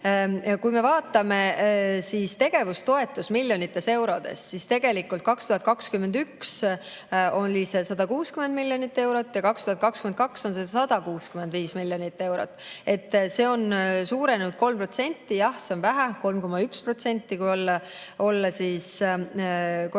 Kui me vaatame tegevustoetust miljonites eurodes, siis 2021 oli see 160 miljonit eurot ja 2022 on see 165 miljonit eurot. See on suurenenud 3%. Jah, seda on vähe – 3,1%, kui olla korrektne.